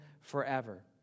forever